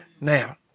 Now